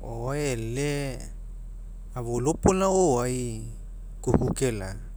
aga e'ele afolopolaga o'oae kuku kela'a